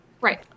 Right